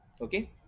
okay